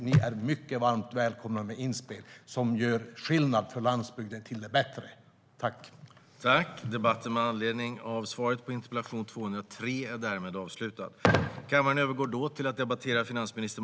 Ni är mycket varmt välkomna med inspel, Anette Åkesson, som gör skillnad till det bättre för landsbygden.